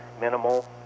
minimal